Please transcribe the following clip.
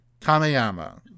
kameyama